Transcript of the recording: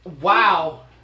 Wow